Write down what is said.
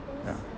ya